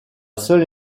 seule